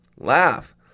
Laugh